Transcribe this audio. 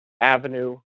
avenue